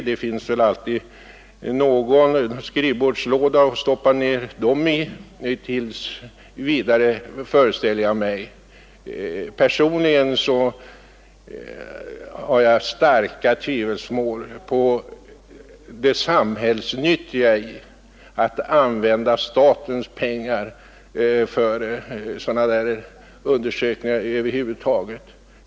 Det finns väl alltid någon skrivbordslåda att stoppa ned dem i tills vidare, föreställer jag mig. Personligen hyser jag starkt tvivel på det samhällsnyttiga i att använda statens pengar för sådana där undersökningar över huvud taget.